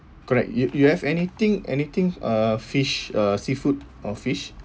correct you you have anything anything uh fish uh seafood or fish